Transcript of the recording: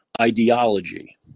ideology